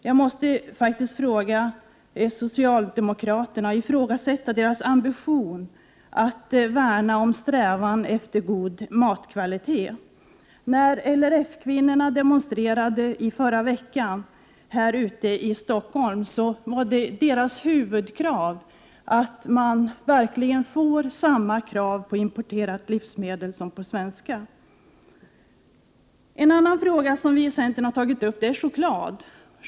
Jag måste faktiskt ifrågasätta socialdemokraternas ambition att värna om god matkvalitet. När LRF-kvinnorna demonstrerade förra veckan här i Stockholm, var deras främsta önskemål att man verkligen får samma krav på importerade livsmedel som på svenska. En annan fråga som vi i centern har tagit upp gäller choklad.